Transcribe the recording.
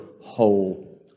whole